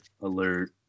alert